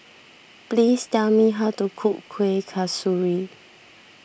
please tell me how to cook Kueh Kasturi